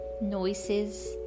noises